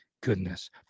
goodness